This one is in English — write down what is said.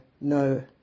No